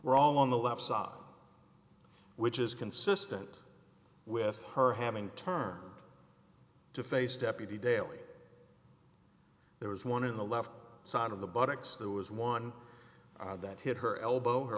all on the left side which is consistent with her having turned to face deputy daly there was one in the left side of the buttocks there was one that hit her elbow